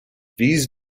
these